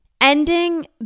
ending